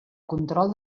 control